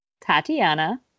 Tatiana